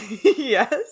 Yes